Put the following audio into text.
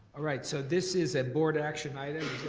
ah right, so this is a board action item,